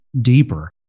deeper